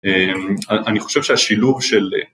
אני חושב שהשילוב של